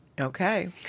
Okay